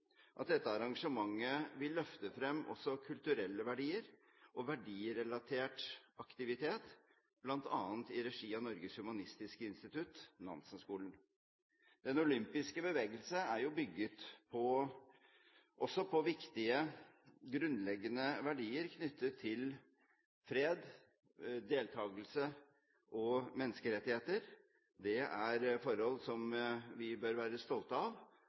at dette arrangementet vil løfte frem også kulturelle verdier og verdirelatert aktivitet, bl.a. i regi av Norsk humanistisk akademi, Nansenskolen. Den olympiske bevegelse er også bygd på viktige grunnleggende verdier knyttet til fred, deltakelse og menneskerettigheter. Det er forhold som vi bør være stolte av: